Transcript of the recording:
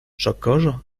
socorro